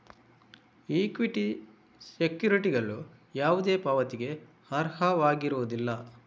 equity ಸೆಕ್ಯುರಿಟಿಗಳು ಯಾವುದೇ ಪಾವತಿಗೆ ಅರ್ಹವಾಗಿರುವುದಿಲ್ಲ